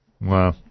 Wow